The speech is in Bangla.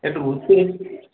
একটু ঘুরতে এসেছি